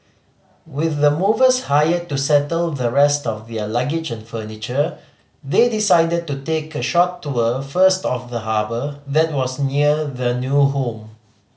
with the movers hired to settle the rest of their luggage and furniture they decided to take a short tour first of the harbour that was near their new home